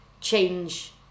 change